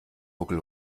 buckel